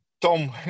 Tom